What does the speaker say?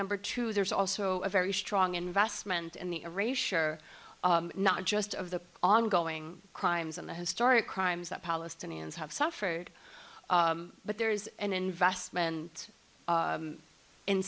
number two there's also a very strong investment in the race share not just of the ongoing crimes and the historic crimes that palestinians have suffered but there is an investment